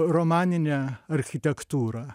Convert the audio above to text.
romaninę architektūrą